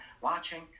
watching